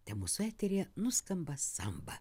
te mūsų eteryje nuskamba samba